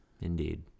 Indeed